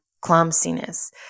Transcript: clumsiness